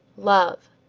love!